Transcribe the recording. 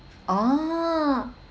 oh